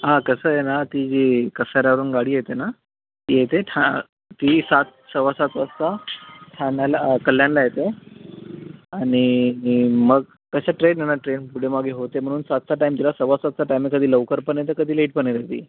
आं कसं आहे ना ती जी कसाऱ्यावरून गाडी येते ना ती येते ठा ती सात सव्वा सात वाजता ठाण्याला कल्याणला येते आणि मग कसे ट्रेन आहे ना ट्रेन पुढे मागे होते म्हणून सातचा टाईम दिला सव्वा सातचा टाईम आहे कधी लवकर पण येते कधी लेट पण येते ती